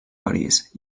parís